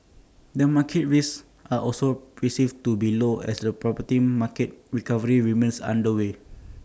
the market risks are also perceived to be low as the property market recovery remains underway